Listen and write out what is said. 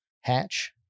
hatch